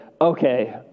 okay